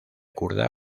kurda